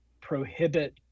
prohibit